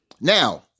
Now